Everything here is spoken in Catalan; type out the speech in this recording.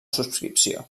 subscripció